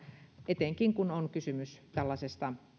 etenkin kun on kysymys tällaisesta